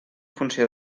funció